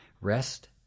rest